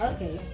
Okay